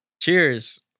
Cheers